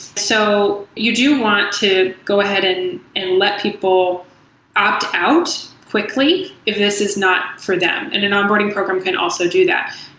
so you do want to go ahead and and let people opt out quickly if this is not for them, and and onboarding program can also do that.